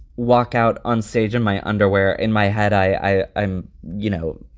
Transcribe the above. walk out onstage in my underwear, in my head, i am, you know,